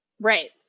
Right